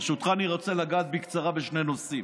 ברשותך אני רוצה לגעת בקצרה בשני נושאים.